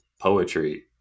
poetry